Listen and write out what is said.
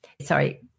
sorry